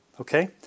Okay